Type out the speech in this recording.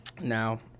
Now